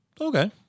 Okay